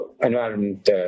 environment